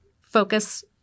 focus